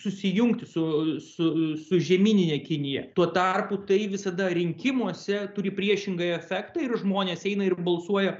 susijungti su su su žemynine kinija tuo tarpu tai visada rinkimuose turi priešingąjį efektą ir žmonės eina ir balsuoja